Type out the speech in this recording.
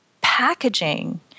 packaging